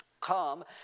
Come